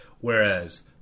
Whereas